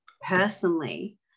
personally